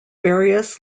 various